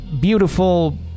beautiful